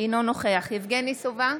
אינו נוכח יבגני סובה,